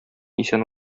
исән